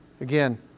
Again